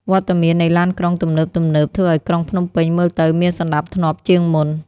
វត្តមាននៃឡានក្រុងទំនើបៗធ្វើឱ្យក្រុងភ្នំពេញមើលទៅមានសណ្ដាប់ធ្នាប់ជាងមុន។